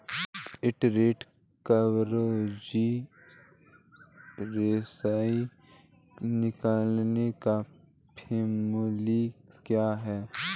Interest coverage ratio निकालने का formula क्या है?